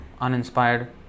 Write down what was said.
uninspired